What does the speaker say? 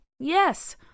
Yes